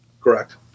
Correct